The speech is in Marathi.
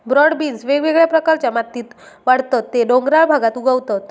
ब्रॉड बीन्स वेगवेगळ्या प्रकारच्या मातीत वाढतत ते डोंगराळ भागात उगवतत